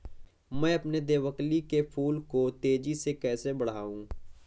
मैं अपने देवकली के फूल को तेजी से कैसे बढाऊं?